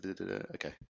Okay